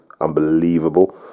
unbelievable